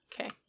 Okay